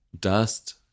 Dust